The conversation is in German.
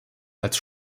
als